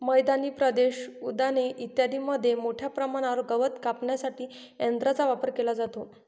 मैदानी प्रदेश, उद्याने इत्यादींमध्ये मोठ्या प्रमाणावर गवत कापण्यासाठी यंत्रांचा वापर केला जातो